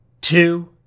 two